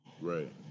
Right